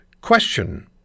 question